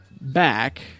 back